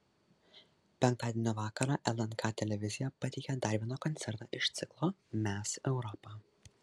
penktadienio vakarą lnk televizija pateikė dar vieną koncertą iš ciklo mes europa